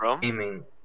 gaming